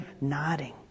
nodding